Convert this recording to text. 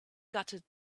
gutted